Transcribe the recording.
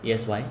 yes why